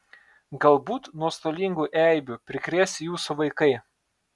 galbūt nuostolingų eibių prikrės jūsų vaikai